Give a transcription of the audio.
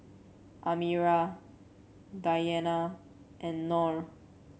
Amirah Diyana and Nor